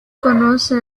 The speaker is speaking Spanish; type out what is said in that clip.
conoce